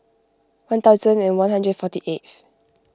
one thousand one hundred and forty eighth